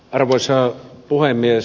arvoisa puhemies